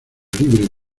libre